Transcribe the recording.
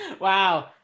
Wow